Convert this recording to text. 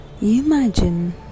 imagine